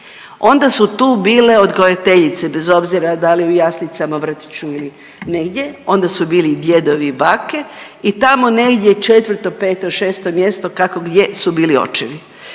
Onda su tu bile odgojiteljice, bez obzira da li u jaslicama, vrtiću ili negdje, onda su bili djedovi i bake i tamo negdje 4., 5., 6. mjesto, kako gdje su bili očevi